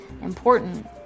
important